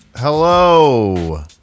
Hello